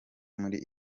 muri